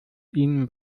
ihnen